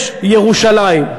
יש ירושלים.